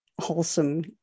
wholesome